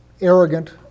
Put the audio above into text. arrogant